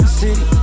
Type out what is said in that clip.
city